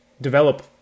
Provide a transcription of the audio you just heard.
develop